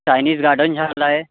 Chinese garden झाला आहे